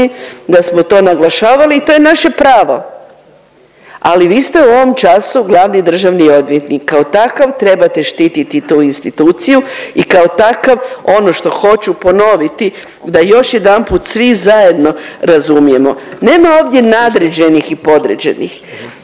da smo to naglašavali i to je naše pravo, ali vi ste u ovom času glavni državni odvjetnik i kao takav trebate štiti tu instituciju i kao takav ono što hoću ponoviti da još jedanput svi zajedno razumijemo. Nema ovdje nadređenih i podređenih.